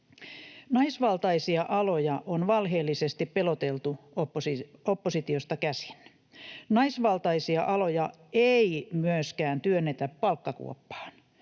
Naisvaltaisia aloja on valheellisesti peloteltu oppositiosta käsin. Naisvaltaisia aloja ei myöskään työnnetä palkkakuoppaan.